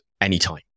anytime